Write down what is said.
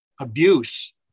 abuse